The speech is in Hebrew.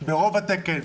ברוב התקן,